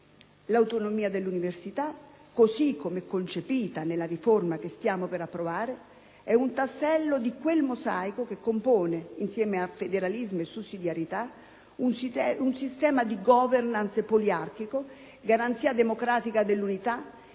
L'autonomia dell'università, così come concepita nella riforma che stiamo per approvare, è un tassello di quel mosaico che compone, insieme a federalismo e sussidiarietà, un sistema di *governance* poliarchico, garanzia democratica dell'unità